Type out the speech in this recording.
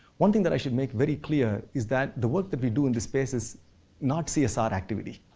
one thing that i should make very clear is that the work that we do in this space is not csr activity.